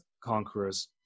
conquerors